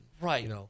Right